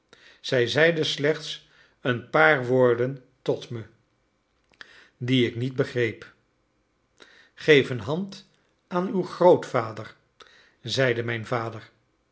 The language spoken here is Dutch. zij zeide slechts een paar woorden tot me die ik niet begreep geef een hand aan uw grootvader zeide mijn vader